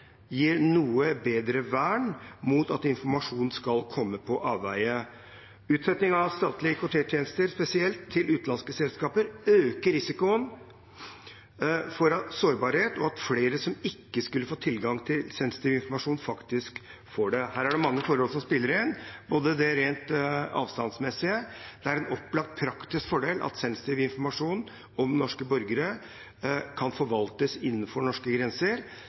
gir noe bedre vern mot at informasjon skal komme på avveier. Utsetting av statlige IKT-tjenester, spesielt til utenlandske selskaper, øker risikoen for sårbarhet og at flere som ikke skulle ha fått tilgang til sensitiv informasjon, faktisk får det. Her er det mange forhold som spiller inn, både det rent avstandsmessige – det er en opplagt praktisk fordel at sensitiv informasjon om norske borgere kan forvaltes innenfor norske grenser